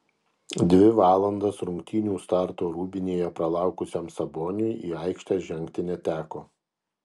dvi valandas rungtynių starto rūbinėje pralaukusiam saboniui į aikštę žengti neteko